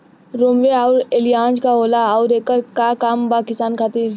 रोम्वे आउर एलियान्ज का होला आउरएकर का काम बा किसान खातिर?